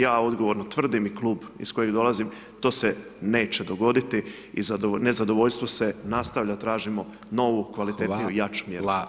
Ja odgovorno tvrdim i klub iz kojeg dolazim, to se neće dogoditi i nezadovoljstvo se nastavlja, tražimo novu, kvalitetniju, jaču mjeru.